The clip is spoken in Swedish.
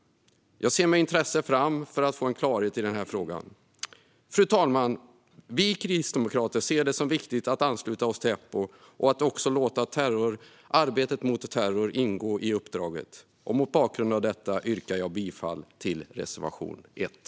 Jag ser med intresse fram emot att få klarhet i frågan. Fru talman! Vi kristdemokrater ser det som viktigt att ansluta oss till Eppo och att också låta arbetet mot terror ingå i uppdraget. Mot bakgrund av detta yrkar jag bifall till reservation 1.